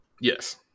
Yes